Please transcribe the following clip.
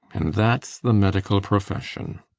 and thats the medical profession!